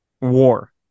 war